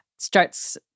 starts